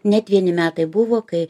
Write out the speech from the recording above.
net vieni metai buvo kai